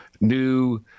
new